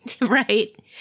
Right